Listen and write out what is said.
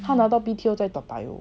他拿到 B_T_O 在 toa payoh